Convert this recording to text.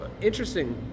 interesting